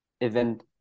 event